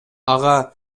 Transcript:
ага